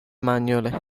manually